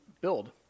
build